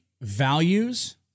values